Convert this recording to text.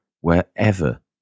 wherever